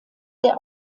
der